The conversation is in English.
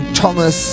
Thomas